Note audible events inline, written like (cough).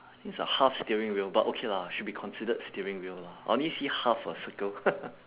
I think it's a half steering wheel but okay lah should be considered steering wheel lah I only see half a circle (noise)